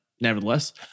nevertheless